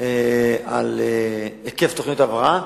על היקף תוכניות ההבראה.